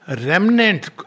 remnant